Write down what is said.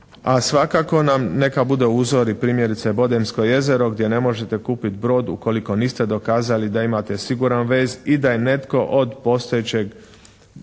a svakako nam neka bude uzor. I primjerice Bodensko jezero gdje ne možete kupit brod ukoliko niste dokazali da imate siguran vez i da je netko od postojećeg